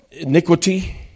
iniquity